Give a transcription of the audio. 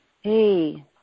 hey